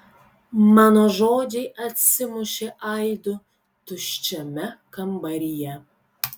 mano žodžiai atsimušė aidu tuščiame kambaryje